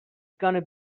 gonna